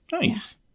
Nice